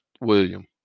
William